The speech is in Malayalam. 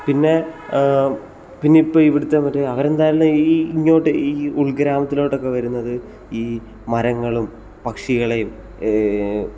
പിന്നെ പിന്നെ ഇപ്പം ഇവിടുത്തെ മറ്റേ അവരെന്തായാലും ഈ ഇങ്ങോട്ട് ഈ ഉൾഗ്രാമത്തിലോട്ടൊക്കെ വരുന്നത് ഈ മരങ്ങളും പക്ഷികളേയും